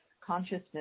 consciousness